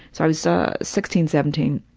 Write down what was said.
so i was, ah sixteen, seventeen.